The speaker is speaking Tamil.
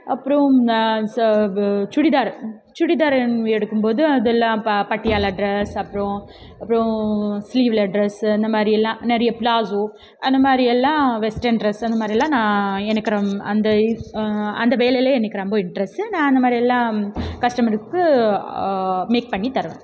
அப்றம் சுடிதாரு சுடிதாரு எடுக்கும் போது அதலாம் பட்டியாலா ட்ரெஸ் அப்றம் அப்றம் ஸ்லீவ்ல ட்ரெஸ்சு இந்தமாதிரி எல்லாம் நிறைய ப்லாஷ்சோ அந்தமாதிரி எல்லாம் வெஸ்டன் ட்ரெஸ் அந்த மாதிரிலா நான் எனக்கு ரொம் அந்த அந்த வேலைலாம் எனக்கு ரொம்ப இன்ட்ரஸ்சு நான் அந்தமாதிரி எல்லாம் கஸ்டமருக்கு மேக் பண்ணி தருவேன்